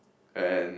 and